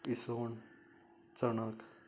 इसवण चणक